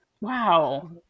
Wow